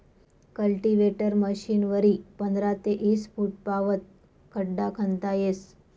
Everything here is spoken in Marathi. कल्टीवेटर मशीनवरी पंधरा ते ईस फुटपावत खड्डा खणता येस